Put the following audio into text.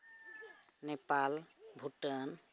Nepal Bhutan